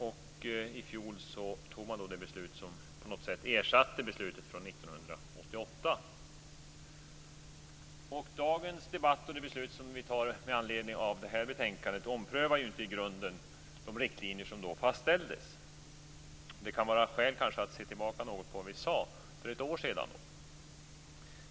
I fjol fattades det beslut som på något sätt ersatte beslutet från 1988. Det beslut som vi fattar med anledning av detta betänkande omprövar inte grunden och de riktlinjer som då fastställdes. Det kan kanske vara skäl att se tillbaka något på det vi sade för ett år sedan.